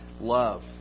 love